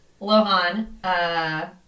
Lohan